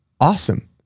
Awesome